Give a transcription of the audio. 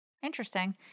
Interesting